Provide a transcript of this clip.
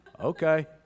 okay